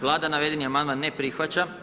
Vlada navedeni amandman ne prihvaća.